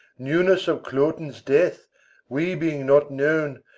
newness of cloten's death we being not known,